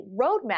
roadmap